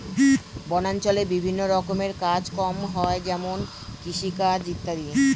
বনাঞ্চলে বিভিন্ন রকমের কাজ কম হয় যেমন কৃষিকাজ ইত্যাদি